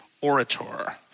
orator